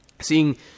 seeing